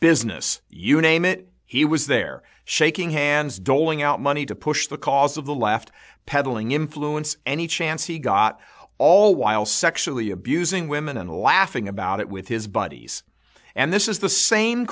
business you name it he was there shaking hands doling out money to push the cause of the left peddling influence any chance he got all while sexually abusing women and laughing about it with his buddies and this is the same